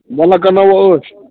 وَاللہ کرناہو بہٕ عٲش